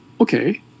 okay